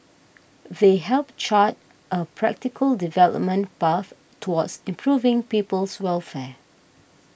they help chart a practical development path towards improving people's welfare